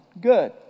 good